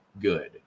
good